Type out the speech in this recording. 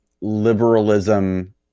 liberalism